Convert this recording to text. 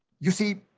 you see,